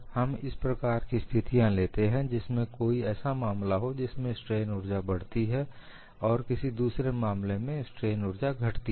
हम इस प्रकार की स्थितियां लेते हैं जिनमें की कोई ऐसा मामला हो जिसमें स्ट्रेन ऊर्जा बढ़ती है और किसी दूसरे मामले में स्ट्रेन ऊर्जा घटती है